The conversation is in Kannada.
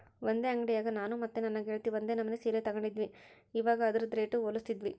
ಒಂದೇ ಅಂಡಿಯಾಗ ನಾನು ಮತ್ತೆ ನನ್ನ ಗೆಳತಿ ಒಂದೇ ನಮನೆ ಸೀರೆ ತಗಂಡಿದ್ವಿ, ಇವಗ ಅದ್ರುದು ರೇಟು ಹೋಲಿಸ್ತಿದ್ವಿ